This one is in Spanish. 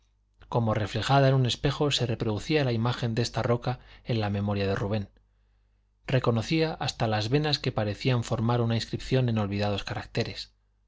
como reflejada en un espejo se reproducía la imagen de esta roca en la memoria de rubén reconocía hasta las venas que parecían formar una inscripción en olvidados caracteres